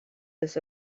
this